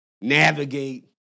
navigate